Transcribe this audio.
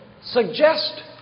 suggest